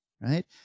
right